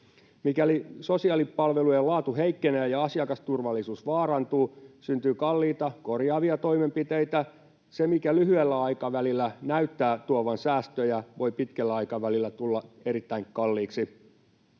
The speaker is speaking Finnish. Mikäli sosiaalipalvelujen laatu heikkenee ja asiakasturvallisuus vaarantuu, syntyy kalliita korjaavia toimenpiteitä. Se, mikä lyhyellä aikavälillä näyttää tuovan säästöjä, voi pitkällä aikavälillä tulla erittäin kalliiksi.